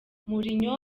mourinho